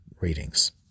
readings